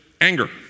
Anger